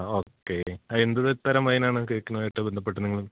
ആ ഒക്കെ ആ എന്ത് തരം വൈൻ ആണ് കേക്കിനായിട്ട് ബന്ധപ്പെട്ട് നിങ്ങള്